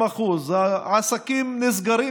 לגמור אותו בהסכם קואליציוני.